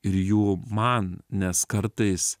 ir jų man nes kartais